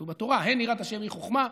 כתוב בתורה: "הן יראת השם היא חכמה",